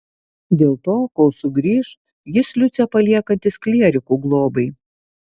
dėl to kol sugrįš jis liucę paliekantis klierikų globai